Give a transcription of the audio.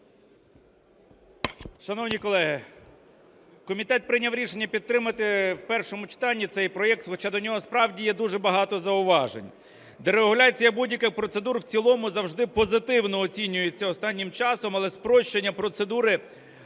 Шановні колеги, комітет прийняв рішення підтримати в першому читанні цей проект, хоча до нього справді є дуже багато зауважень. Дерегуляція будь-яких процедур в цілому завжди позитивно оцінюється останнім часом, але спрощення процедури